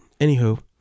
anywho